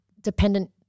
dependent –